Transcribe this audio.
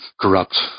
corrupt